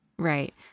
Right